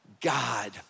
God